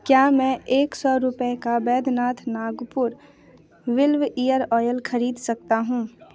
क्या मैं सौ रुपये का बैद्यनाथ नागपुर बिल्व इअर आयल खरीद सकता हूँ